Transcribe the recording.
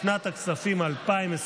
לשנת הכספים 2023,